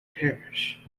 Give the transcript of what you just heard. parish